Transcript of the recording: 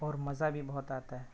اور مزہ بھی بہت آتا ہے